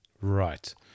Right